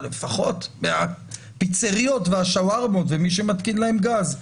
אבל לפחות מהפיצריות והשווארמות ומי שמתקין להם גז.